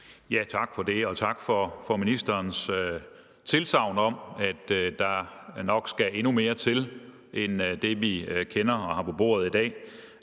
Tak for det, og tak for ministerens tilsagn om, at der nok skal endnu mere til end det, vi kender og har på bordet i dag.